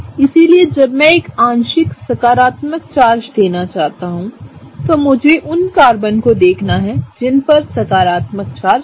इसलिए जब मैं एक आंशिक सकारात्मक चार्ज देना चाहता हूं तो मुझे उन कार्बन को देखना है जिन पर सकारात्मक चार्ज है